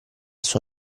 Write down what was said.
suo